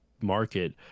market